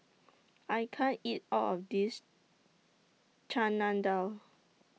I can't eat All of This Chana Dal